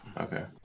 okay